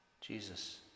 Jesus